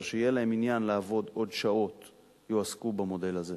שיהיה להם עניין לעבוד עוד שעות יועסקו במודל הזה